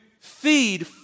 feed